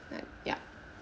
like ya